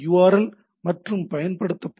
L மற்றும் பயன்படுத்தப்படும் H